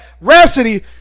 Rhapsody